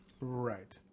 right